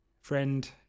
friend